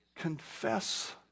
confess